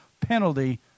penalty